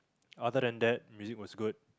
other than that music was good